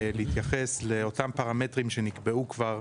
להתייחס לאותם הפרמטרים שנקבעו כבר,